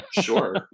sure